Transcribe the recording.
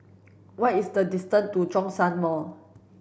what is the distance to Zhongshan Mall